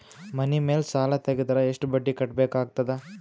ಮನಿ ಮೇಲ್ ಸಾಲ ತೆಗೆದರ ಎಷ್ಟ ಬಡ್ಡಿ ಕಟ್ಟಬೇಕಾಗತದ?